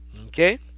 okay